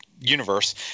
universe